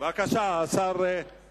אדוני היושב-ראש, בבקשה, השר המקשר.